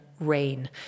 RAIN